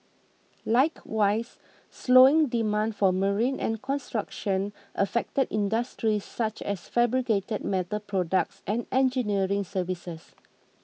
likewise slowing demand for marine and construction affected industries such as fabricated metal products and engineering services